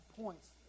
points